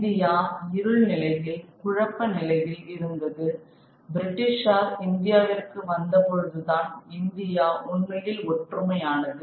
India இருள் நிலையில் குழப்ப நிலையில் இருந்தது பிரிட்டிஷார் இந்தியாவிற்கு வந்த பொழுது தான் இந்தியா உண்மையில் ஒற்றுமையானது